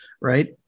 right